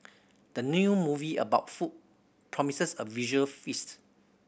the new movie about food promises a visual feast